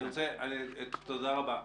תודה רבה.